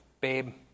Babe